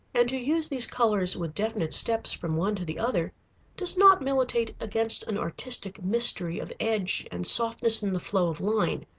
and to use these colors with definite steps from one to the other does not militate against an artistic mystery of edge and softness in the flow of line.